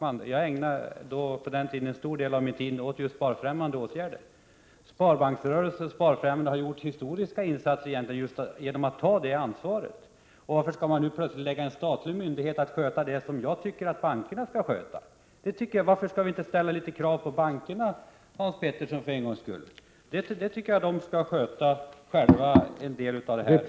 Jag började min bana som bankman, och jag ägnade då en stor del av min tid åt just sparfrämjande åtgärder. Sparbanksrörelsen har gjort historiska insatser genom att ta det ansvaret. Varför skall man nu plötsligt låta en statlig myndighet sköta det som jag tycker att bankerna skall sköta? Varför skall vi inte för en gångs skull ställa litet krav på bankerna, Hans Petersson?